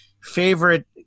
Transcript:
favorite